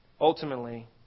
ultimately